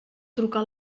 trucar